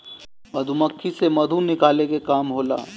मधुमक्खी से मधु निकाले के काम होला